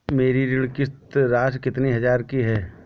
मेरी ऋण किश्त राशि कितनी हजार की है?